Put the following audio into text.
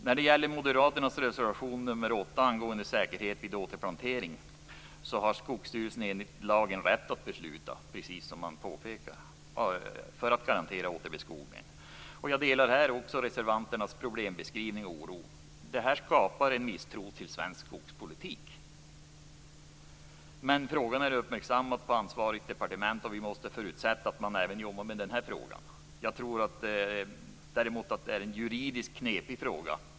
När det gäller Moderaternas reservation 8 angående säkerhet vid återplantering har Skogsstyrelsen enligt lagen rätt att besluta, precis som man påpekar, för att garantera återbeskogning. Jag delar här reservanternas problembeskrivning och oro. Detta skapar en misstro till svensk skogspolitik. Frågan är uppmärksammad på ansvarigt departement, och vi måste förutsätta att man även jobbar med den här frågan. Jag tror däremot att det är en juridiskt knepig fråga.